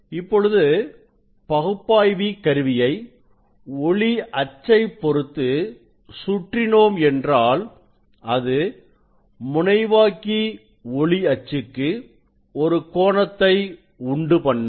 இப்பொழுது பகுப்பாய்வி கருவியை ஒளி அச்சை பொருத்து சுற்றினோம் என்றாள் அது முனைவாக்கி ஒளி அச்சுக்கு ஒரு கோணத்தை உண்டுபண்ணும்